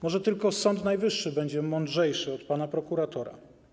Może tylko Sąd Najwyższy będzie mądrzejszy od pana prokuratora.